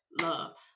love